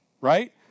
right